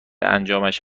انجامش